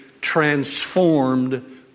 transformed